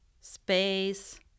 space